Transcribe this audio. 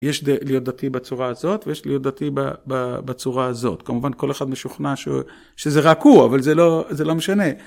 יש להיות דתי בצורה הזאת, ויש להיות דתי בצורה הזאת. כמובן כל אחד משוכנע שזה רק הוא, אבל זה לא משנה.